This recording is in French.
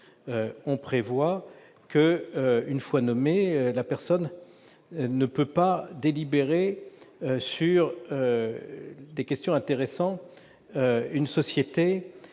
on prévoit que, une fois nommée, la personne ne peut délibérer sur les questions intéressant une société